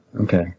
okay